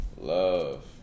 Love